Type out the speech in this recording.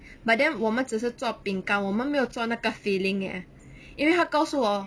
but then 我们只是做饼干我们没有做那个 filling eh 因为她告诉我